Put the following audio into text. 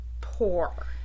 poor